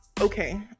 Okay